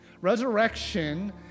Resurrection